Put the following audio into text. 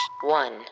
One